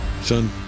Son